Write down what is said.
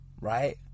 right